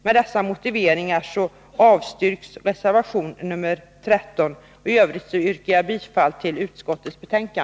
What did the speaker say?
Med dessa motiveringar avstyrks motionerna 1500, 1108 och 2023. Jag yrkar bifall till utskottets hemställan.